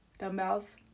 dumbbells